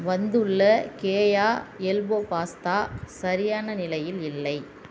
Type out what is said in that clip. வந்து உள்ள கேயா எல்போ பாஸ்தா சரியான நிலையில் இல்லை